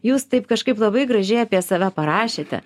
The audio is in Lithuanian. jūs taip kažkaip labai gražiai apie save parašėte